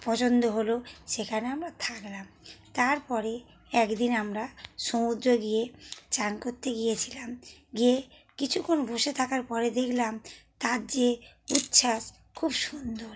পছন্দ হলো সেখানে আমরা থাকলাম তারপরে একদিন আমরা সমুদ্রে গিয়ে চান করতে গিয়েছিলাম গিয়ে কিছুক্ষণ বসে থাকার পরে দেখলাম তার যে উচ্ছ্বাস খুব সুন্দর